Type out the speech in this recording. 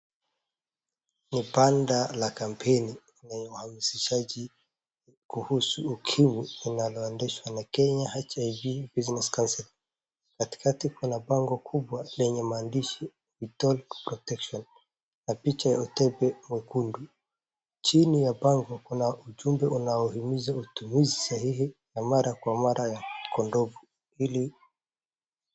Ni banda la kampeni lenye uhamasishaji kuhusu ukimwi linaloendeshwa na Kenya HIV Business Council . Katikati kuna bango kubwa lenye maandishi We talk protection na picha ya utepe mwekundu. Chini ya bango kuna ujumbe unaohimiza utumizi sahihi wa mara kwa mara wa kondomu ili.